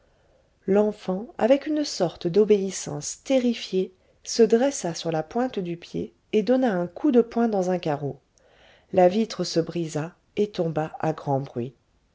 l'enfant avec une sorte d'obéissance terrifiée se dressa sur la pointe du pied et donna un coup de poing dans un carreau la vitre se brisa et tomba à grand bruit